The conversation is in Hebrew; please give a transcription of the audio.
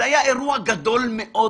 זה היה אירוע גדול מאוד